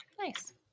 nice